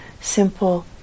simple